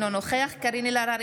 אינו נוכח קארין אלהרר,